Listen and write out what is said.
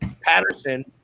Patterson